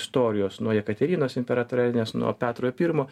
istorijos nuo jekaterinos imperatorienės nuo petro pirmo